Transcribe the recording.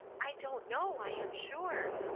i don't know, i am sure,